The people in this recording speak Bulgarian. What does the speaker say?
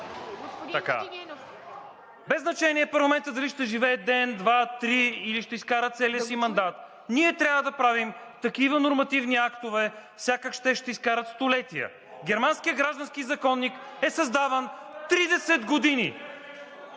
Без значение дали парламентът ще живее ден, два, три, или ще изкара целия си мандат. Ние трябва да правим такива нормативни актове, сякаш те ще изкарат столетия. Германският граждански законник е създаван 30 години!